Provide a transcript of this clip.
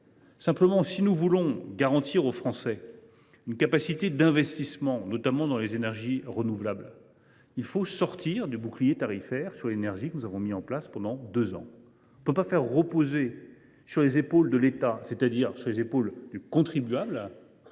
Simplement, si nous voulons garantir aux Français une capacité d’investissement, notamment dans les énergies renouvelables, il nous faut mettre fin au bouclier tarifaire sur l’énergie que nous avons mis en place pendant deux ans. Nous ne pouvons pas faire reposer sur les épaules de l’État, c’est à dire sur les contribuables,